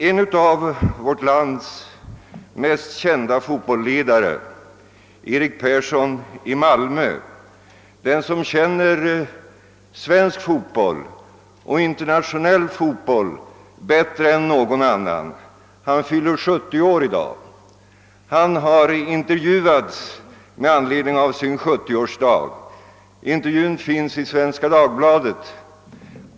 En av vårt lands mest kända fotbollledare, Eric Persson i Malmö, som nog känner till såväl svensk som internationell fotboll bättre än någon annan, fyller 70 år i dag och har intervjuats med anledning av sin 70-årsdag. Intervjun finns återgiven i Svenska Dagbladet.